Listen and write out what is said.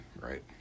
right